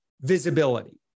visibility